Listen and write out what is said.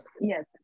yes